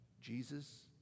Jesus